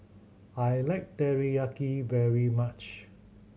I like Teriyaki very much